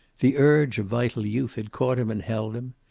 the urge of vital youth had caught him and held him.